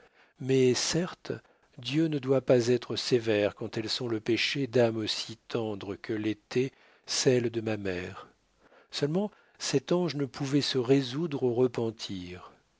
mais certes dieu ne doit pas être sévère quand elles sont le péché d'âmes aussi tendres que l'était celle de ma mère seulement cet ange ne pouvait se résoudre au repentir